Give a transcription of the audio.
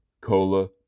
Cola